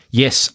,yes